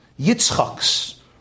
Yitzchak's